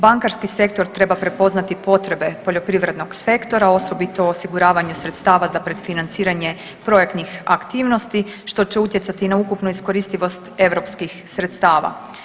Bankarski sektor treba prepoznati potrebe poljoprivrednog sektora, osobito osiguravanje sredstava za predfinanciranje projektnih aktivnosti, što će utjecati na ukupnu iskoristivost europskih sredstava.